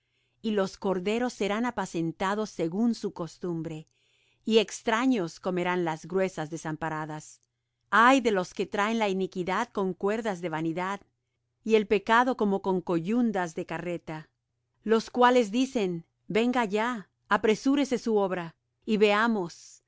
y los corderos serán apacentados según su costumbre y extraños comerán las gruesas desamparadas ay de los que traen la iniquidad con cuerdas de vanidad y el pecado como con coyundas de carreta los cuales dicen venga ya apresúrese su obra y veamos